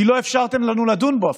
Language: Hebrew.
כי לא אפשרתם לנו לדון בו אפילו.